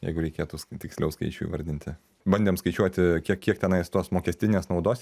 jeigu reikėtų tiksliau skaičių įvardinti bandėm skaičiuoti kiek kiek tenais tos mokestinės naudos